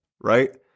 right